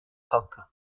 kalktı